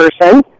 person